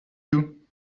you